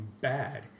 bad